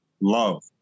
love